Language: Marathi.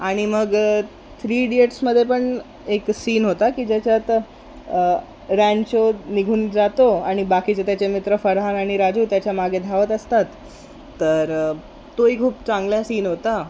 आणि मग थ्री इडियट्समध्ये पण एक सीन होता की ज्याच्यात रॅन्चो निघून जातो आणि बाकीचे त्याचे मित्र फरहान आणि राजू त्याच्या मागे धावत असतात तर तोही खूप चांगला सीन होता